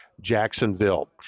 Jacksonville